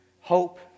hope